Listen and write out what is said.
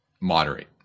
moderate